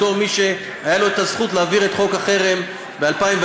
בתור מי שהייתה לו הזכות להעביר את חוק החרם ב-2011,